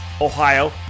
Ohio